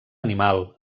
animal